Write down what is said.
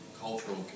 Cultural